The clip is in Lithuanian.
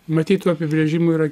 matyt tų apibrėžimų yra